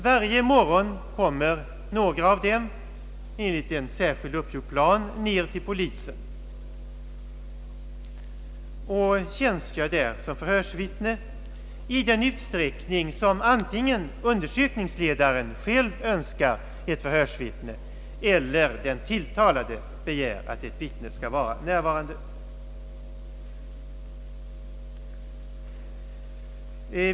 Varje morgon kommer några av dem enligt en särskilt uppgjord plan ned till polisen och tjänstgör som förhörsvittnen i den utsträckning antingen undersökningsledaren själv önskar ett förhörsvittne eller den tilltalade begär att ett vittne skall närvara.